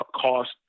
cost